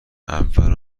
اول